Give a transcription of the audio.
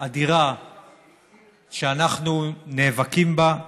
אדירה שאנחנו נאבקים בה,